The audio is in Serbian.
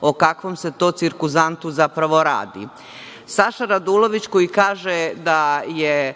o kakvom se to cirkuzantu zapravo radi. Saša Radulović koji kaže da je